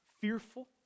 fearful